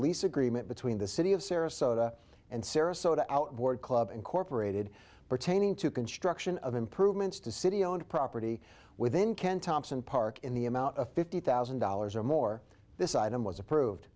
lease agreement between the city of sarasota and sarasota outboard club incorporated pertaining to construction of improvements to city owned property within ken thompson park in the amount of fifty thousand dollars or more this item was approved